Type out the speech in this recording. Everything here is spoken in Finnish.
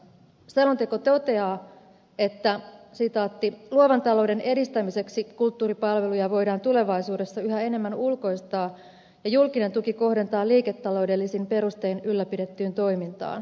selonteko toteaa että luovan talouden edistämiseksi kulttuuripalveluja voidaan tulevaisuudessa yhä enemmän ulkoistaa ja julkinen tuki kohdentaa liiketaloudellisin perustein ylläpidettyyn toimintaan